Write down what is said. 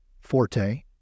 forte